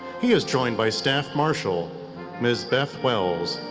he is joined by staff marshal ms. beth wells,